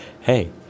Hey